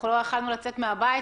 לא יכולנו לצאת מהבית,